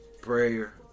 prayer